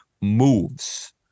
moves